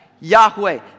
yahweh